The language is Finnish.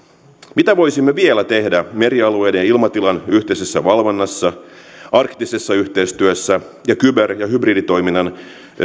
mitä voisimme vielä tehdä merialueiden ja ilmatilan yhteisessä valvonnassa arktisessa yhteistyössä ja kyber ja hybriditoiminnan